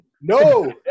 No